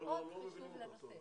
המאוד חשוב לנושא.